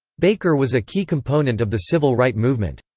baker was a key component of the civil right movement.